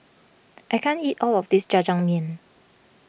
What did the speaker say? I can't eat all of this Jajangmyeon